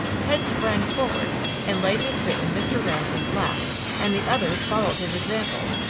ted sprang forward and laid his bit in mr. ramsay's lap and the others followed his example,